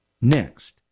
Next